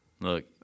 Look